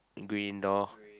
green door